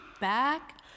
Back